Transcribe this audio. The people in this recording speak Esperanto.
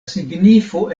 signifo